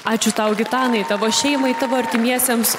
ačiū tau gitanai tavo šeimai tavo artimiesiems